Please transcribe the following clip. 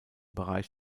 bereich